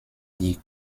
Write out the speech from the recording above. die